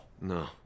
No